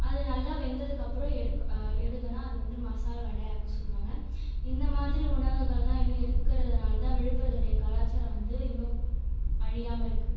அது நல்லா வெந்ததுக்கப்புறம் எடுக் எடுக்கணும் அது வந்து மசால் வடை அப்படினு சொல்லுவாங்க இந்தமாதிரி உணவுகளெலா இன்னும் இருக்கிறதுனாலதா விழுப்புரத்தோடைய கலாச்சாரம் வந்து இன்னும் அழியாமலிருக்கு